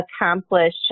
accomplish